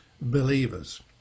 believers